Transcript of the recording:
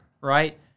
right